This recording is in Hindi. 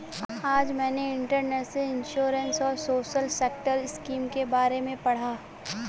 आज मैंने इंटरनेट से इंश्योरेंस और सोशल सेक्टर स्किम के बारे में पढ़ा